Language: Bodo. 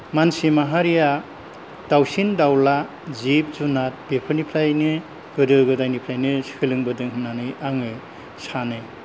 मानसि माहारिया दाउसिन दाउला जिब जुनार बेफोरनिफ्रायनो गोदो गोदायनिफ्रायनो सोलोंबोदों होन्नानै आङो सानो